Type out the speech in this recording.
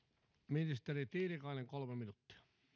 ministeri tiilikainen kolme minuuttia